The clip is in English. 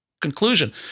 conclusion